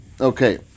Okay